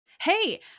Hey